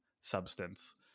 substance